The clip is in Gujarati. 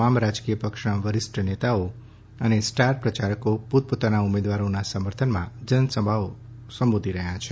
તમામ રાજકીય પક્ષના વરીષ્ઠ નેતાઓ અને સ્ટાર પ્રચારકો પોતપોતાના ઉમેદવારોના સમર્થનમાં જનસભાઓ સંબોધી રહ્યા છે